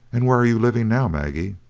and where are you living now, maggie?